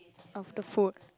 of the food